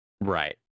Right